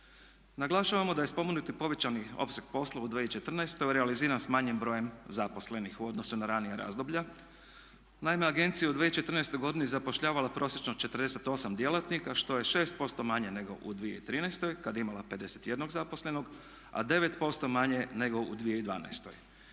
Naglašavamo da je spomenuti povećani opseg posla u 2014. realiziran s manjim brojem zaposlenih u odnosu na ranija razdoblja. Naime, agencija je u 2014. godini zapošljavala prosječno 48 djelatnika što je 6% manje nego u 2013. kad je imala 51 zaposlenog, a 9% manje nego u 2012.